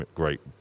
great